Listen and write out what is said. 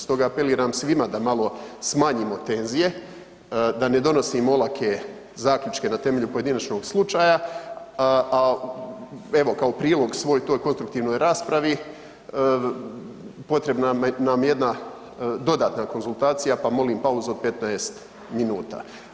Stoga apeliram svima da malo smanjimo tenzije, da ne donosimo olake zaključke na temelju pojedinačnog slučaja, a evo kao prilog svoj toj konstruktivnoj raspravi potrebna nam je jedna dodatna konzultacija, pa molim pauzu od 15 minuta.